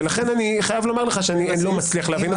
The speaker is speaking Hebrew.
ולכן אני חייב לומר לך שאני לא מצליח להבין.